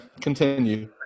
continue